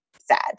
sad